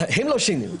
אבל הם לא שינו.